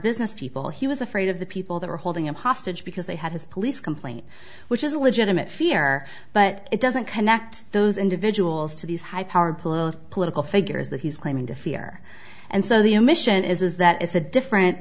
business people he was afraid of the people that were holding him hostage because they had his police complaint which is a legitimate fear but it doesn't connect those individuals to these high powered pull of political figures that he's claiming to fear and so the emission is that is a different